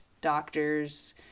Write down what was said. doctors